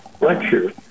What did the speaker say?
lecture